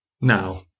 Now